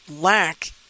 lack